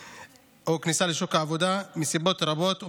כניסה לשוק העבודה מסיבות רבות ומרובות.